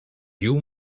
you